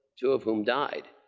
two of whom died.